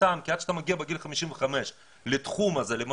טעם כי עד שאתה מגיע בגיל 55 לתחום הזה,